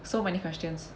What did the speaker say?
so many questions